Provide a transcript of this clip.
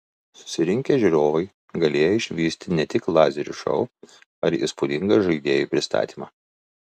susirinkę žiūrovai galėjo išvysti ne tik lazerių šou ar įspūdingą žaidėjų pristatymą